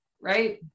right